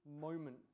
moment